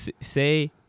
say